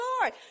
Lord